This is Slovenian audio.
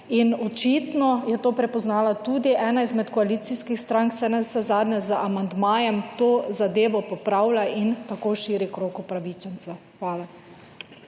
Očitno je to prepoznala tudi ena izmed koalicijskih strank, saj navsezadnje z amandmajem to zadevo popravlja in tako širi krog upravičencev. Hvala.